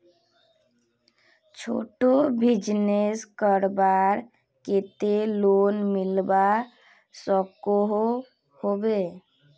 छोटो बिजनेस करवार केते लोन मिलवा सकोहो होबे?